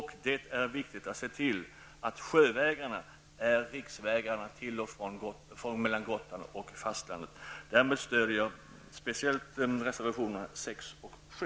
Det är viktigt att se till att sjövägarna är riksväg mellan Gotland och fastlandet. Därmed stöder jag speciellt reservationerna 6 och 7.